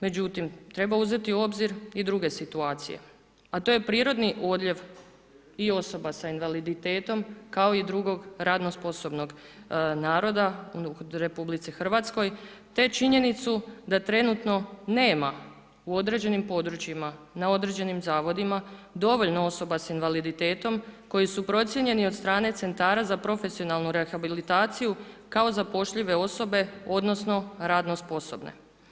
Međutim, treba uzeti u obzir i druge situacije, a to je prirodni odljev i osoba s invaliditetom, kao i drugog radno sposobnog naroda u RH te činjenicu da trenutno nema u određenim područjima, na određenim zavodima, dovoljno osoba s invaliditetom koji su procijenjeni od strane centara za profesionalnu rehabilitaciju kao zapošljive osobe, odnosno radno sposobne.